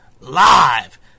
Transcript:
live